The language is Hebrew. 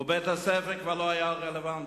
ובית-הספר לא היה רלוונטי.